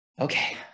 okay